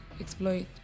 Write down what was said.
exploit